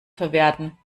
verwerten